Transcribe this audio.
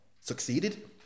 succeeded